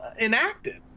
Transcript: enacted